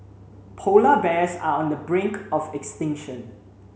polar bears are on the brink of extinction